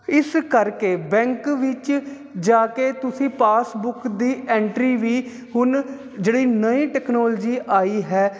ਇਸ ਕਰਕੇ ਬੈਂਕ ਵਿੱਚ ਜਾ ਕੇ ਤੁਸੀਂ ਪਾਸਬੁੱਕ ਦੀ ਐਂਟਰੀ ਵੀ ਹੁਣ ਜਿਹੜੀ ਨਹੀਂ ਟੈਕਨੋਲਜੀ ਆਈ ਹੈ